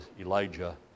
Elijah